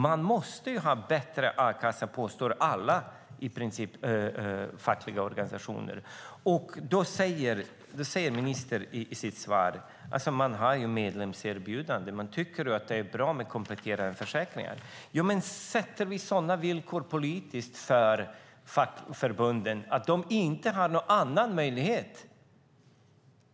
Man måste ha bättre a-kassa, påstår i princip alla fackliga organisationer. Då säger ministern i sitt svar att det finns medlemserbjudanden. Tycker du att det är bra med kompletterande försäkringar? Vi sätter sådana villkor politiskt för fackförbunden att de inte har någon annan möjlighet.